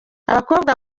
abakobwa